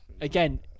Again